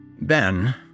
Ben